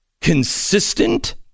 consistent